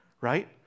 right